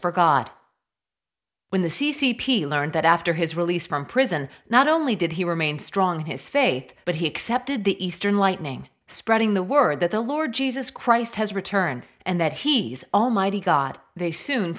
for god when the c c p learned that after his release from prison not only did he remain strong his faith but he accepted the eastern lightning spreading the word that the lord jesus christ has returned and that he almighty god they soon